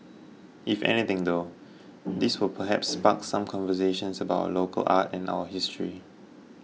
if anything though this will perhaps spark some conversations about our local art and our history